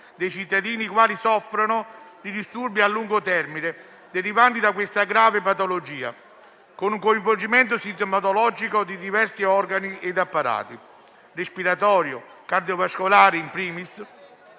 dei cittadini che soffrono di disturbi a lungo termine derivanti da questa grave patologia, con un coinvolgimento sintomatologico di diversi organi e apparati (respiratorio e cardiovascolare *in primis*),